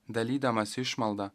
dalydamas išmaldą